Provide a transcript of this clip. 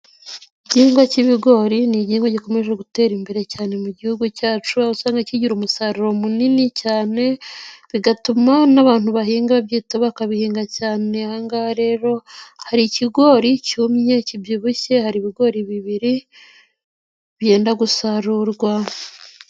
Igihingwa cyi'ibigori ni igihingwa gikomeje gutera imbere cyane mu gihugu cyacu usanga kigira umusaruro munini cyane bigatuma n'abantu bahinga babyitaho bakabihinga cyane aha ngaha rero hari ikigori cyumye kibyibushye hari ibigori bibiri byenda gusarurwa.